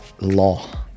law